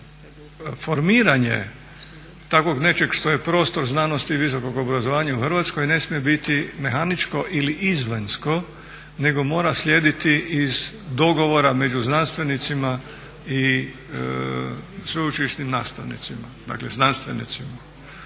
da formiranje takvog nečeg što je prostor znanosti i visokog obrazovanja u Hrvatskoj ne smije biti mehaničko ili izvanjsko nego mora slijediti iz dogovora među znanstvenicima i sveučilišnim nastavnicima, dakle znanstvenicima,